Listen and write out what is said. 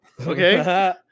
okay